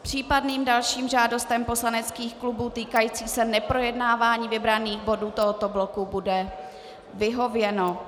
Případným dalším žádostem poslaneckých klubů týkajícím se neprojednávání vybraných bodů tohoto bloku bude vyhověno.